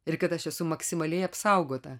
ir kad aš esu maksimaliai apsaugota